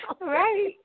Right